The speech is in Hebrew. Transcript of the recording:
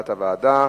הוועדה.